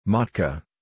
Matka